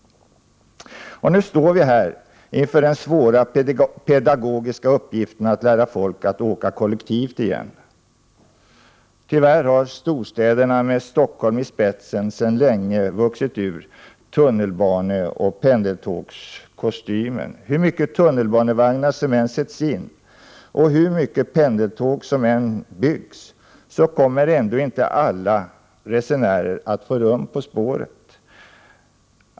Nu står vi inför den svåra pedagogiska uppgiften att lära folk att åka kollektivt igen. Tyvärr har storstäderna med Stockholm i spetsen sedan länge vuxit ur tunnelbaneoch pendeltågskostymen. Hur många tunnebanevagnar som än sätts in och hur många pendeltåg som än byggs kommer ändå inte alla resenärer att få rum på spåret.